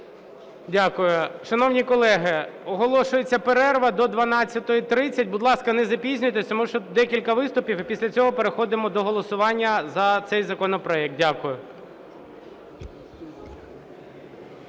Дякую. Шановні колеги, оголошується перерва до 12:30. Будь ласка, не запізнюйтесь, тому що декілька виступів, і після цього переходимо до голосування за цей законопроект. Дякую.